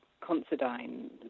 Considine